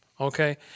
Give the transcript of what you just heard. okay